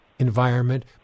environment